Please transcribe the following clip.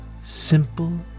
simple